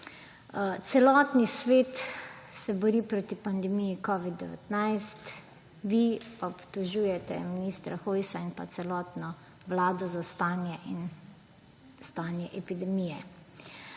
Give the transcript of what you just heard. Celotni svet se bori proti pandemiji covida-19, vi pa obtožujete ministra Hojsa in celotno vlado za stanje in stanje